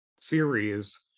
series